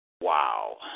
Wow